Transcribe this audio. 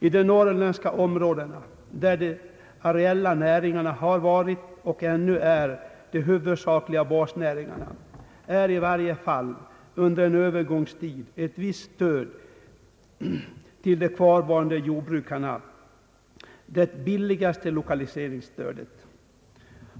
I de norrländska områdena där de areella näringarna ha varit och ännu är de huvudsakliga basnäringarna är i varje fall under en övergångstid ett visst stöd till de kvarvarande jordbrukarna det billigaste lokaliseringsstödet.